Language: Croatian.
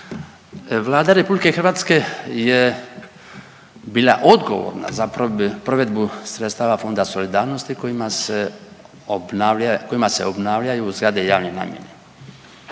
Vlada RH je bila odgovorna za provedbu sredstava Fonda solidarnosti kojima se obnavljaju, kojima se